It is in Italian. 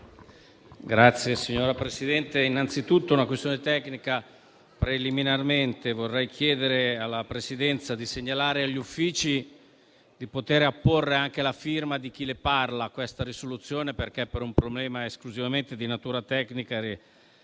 Signora Presidente, innanzitutto sottopongo una questione tecnica. Preliminarmente, vorrei chiedere alla Presidenza di segnalare agli Uffici di poter apporre anche la firma di chi le parla alla risoluzione, perché, per un problema esclusivamente di natura tecnica